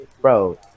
bro